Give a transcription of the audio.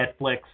Netflix